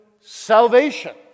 salvation